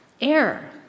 Air